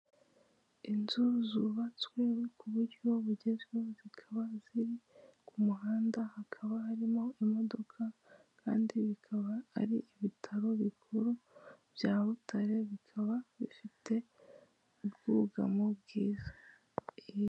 Inzu zubatswe ku buryo bugezweho zikaba ziri ku muhanda hakaba harimo imodoka kandi bikaba ari ibitaro bikuru bya Butare bikaba bifite ubwugamo bwiza.